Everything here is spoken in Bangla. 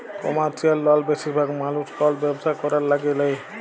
কমারশিয়াল লল বেশিরভাগ মালুস কল ব্যবসা ক্যরার ল্যাগে লেই